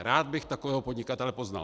Rád bych takového podnikatele poznal.